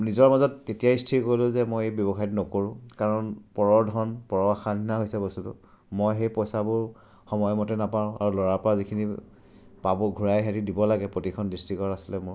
নিজৰ মাজত তেতিয়াই স্থিৰ কৰিলোঁ যে মই এই ব্যৱসায়টো নকৰোঁ কাৰণ পৰৰ ধন পৰৰ আশা নিচিনা হৈছে বস্তুটো মই সেই পইচাবোৰ সময়মতে নাপাওঁ আৰু ল'ৰাৰপৰা যিখিনি পাব ঘূৰাই সিহঁতি দিব লাগে প্ৰতিখন ডিষ্ট্ৰিক্টৰ আছিলে মোৰ